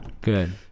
Good